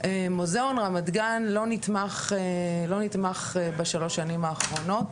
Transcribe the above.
מוזיאון רמת גן לא נתמך בשלוש שנים האחרונות.